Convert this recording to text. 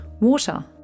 water